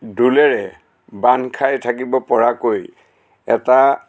দোলেৰে বান্ধ খাই থাকিব পৰাকৈ এটা